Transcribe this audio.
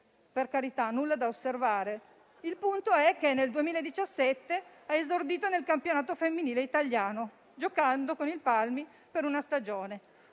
Per carità, nulla da osservare, ma il punto è che nel 2017 ha esordito nel campionato femminile italiano, giocando con il Palmi per una stagione.